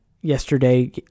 yesterday